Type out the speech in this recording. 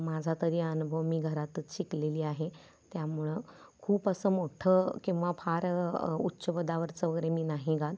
माझा तरी अनुभव मी घरातच शिकलेली आहे त्यामुळं खूप असं मोठं किंवा फार उच्चपदावरचं वगैरे मी नाही गात